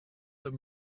the